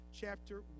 chapter